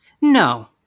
No